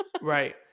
Right